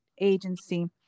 agency